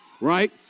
right